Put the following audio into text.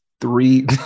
three